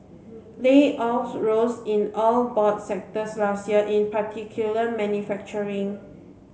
layoffs rose in all broad sectors last year in particular manufacturing